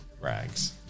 rags